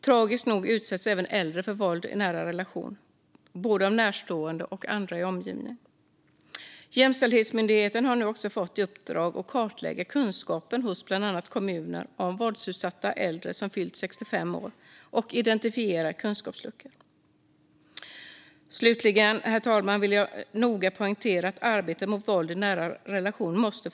Tragiskt nog utsätts även äldre för våld i nära relation, både av närstående och av andra i omgivningen. Jämställdhetsmyndigheten har nu också fått i uppdrag att kartlägga kunskapen och identifiera kunskapsluckor hos bland annat kommuner om våldsutsatta äldre som fyllt 65 år. Herr talman! Slutligen vill jag noga poängtera att vi måste få stopp på våld i nära relationer.